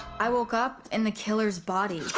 i woke up in the killer's body.